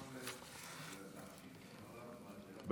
אני יכול לשאול שאלה נוספת אחר כך?